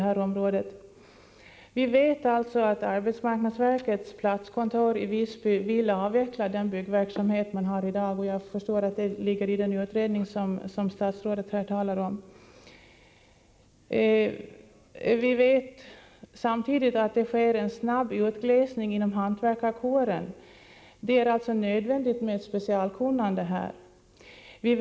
Jag vet att arbetsmarknadsverkets platskontor i Visby vill avveckla den byggverksamhet som man har i dag — jag förstår att den frågan tas upp i den utredning som statsrådet talar om. Vi vet samtidigt att det sker en snabb utglesning inom hantverkarkåren, och det är nödvändigt med ett specialkunnande i detta fall.